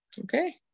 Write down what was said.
Okay